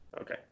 okay